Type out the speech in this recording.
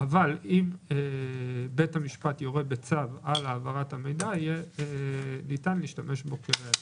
אבל אם בית המשפט יורה בצו על העברת המידע יהיה ניתן להשתמש בו כראיה.